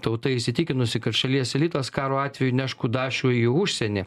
tauta įsitikinusi kad šalies elitas karo atveju neš kudašių į užsienį